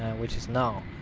which is now,